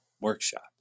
workshop